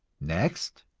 next,